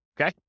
Okay